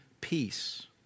peace